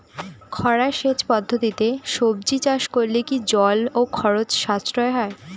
খরা সেচ পদ্ধতিতে সবজি চাষ করলে কি জল ও খরচ সাশ্রয় হয়?